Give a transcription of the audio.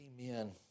Amen